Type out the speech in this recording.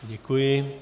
Děkuji.